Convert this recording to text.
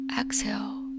exhale